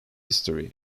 history